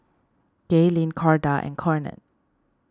Gaylene Corda and Conard